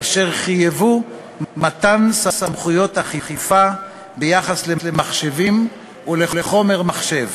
חייבו מתן סמכויות אכיפה ביחס למחשבים ולחומר מחשב.